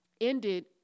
ended